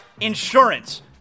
insurance